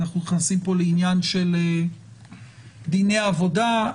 אנחנו נכנסים פה לעניין של דיני עבודה,